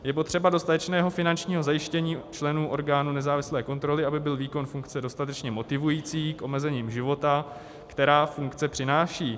Je potřeba dostatečného finančního zajištění členů orgánu nezávislé kontroly, aby byl výkon funkce dostatečně motivující k omezením života, která funkce přináší.